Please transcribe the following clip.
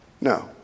No